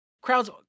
Crowd's